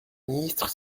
ministre